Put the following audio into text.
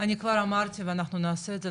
אני כבר אמרתי ואנחנו נעשה את זה,